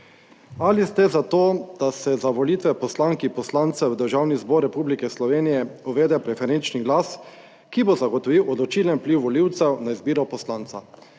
Ali ste za to, da se za volitve poslank in poslancev v Državni zbor Republike Slovenije uvede preferenčni glas, ki bo zagotovil odločilen vpliv volivcev na izbiro poslanca,